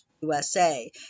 USA